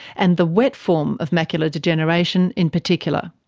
and the wet form of macular degeneration in particular.